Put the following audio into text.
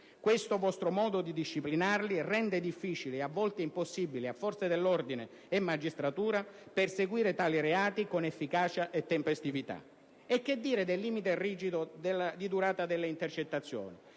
Questo vostro modo di disciplinarli rende difficile e a volte impossibile a forze dell'ordine e magistratura perseguire tali reati con efficacia e tempestività. E che dire del limite rigido di durata delle intercettazioni?